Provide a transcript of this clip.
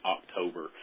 October